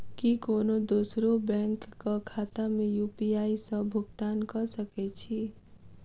की कोनो दोसरो बैंक कऽ खाता मे यु.पी.आई सऽ भुगतान कऽ सकय छी?